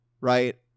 right